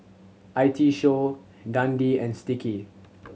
I T Show Dundee and Sticky